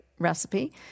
recipe